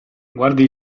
guardi